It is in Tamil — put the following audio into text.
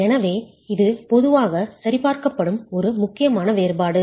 எனவே இது பொதுவாக சரிபார்க்கப்படும் ஒரு முக்கியமான வேறுபாடு